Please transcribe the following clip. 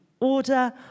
Order